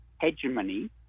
hegemony